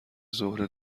ظهر